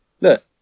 look